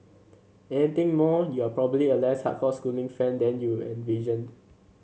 anything more you are probably a less hardcore schooling fan than you envisioned